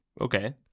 Okay